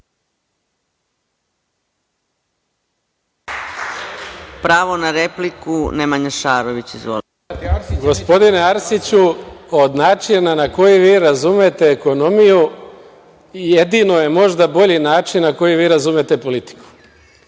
Pravo na repliku, Nemanja Šarović. Izvolite. **Nemanja Šarović** Gospodine Arsiću, od načina na koji vi razumete ekonomiju, jedino je možda bolji način na koji vi razumete politiku.